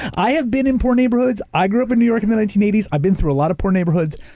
i have been in poor neighborhoods. i grew up in new york in the nineteen eighty s. i've been through a lot of poor neighborhoods.